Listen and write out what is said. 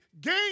game